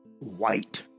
White